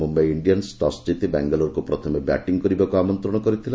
Mumbai Indians toss କିତି ବାଙ୍ଗାଲୋରକୁ ପ୍ରଥମେ ବ୍ୟାଟିଂ କରିବାକୁ ଆମନ୍ତ୍ରଣ କରିଥିଲା